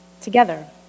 together